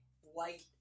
white